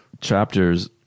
chapters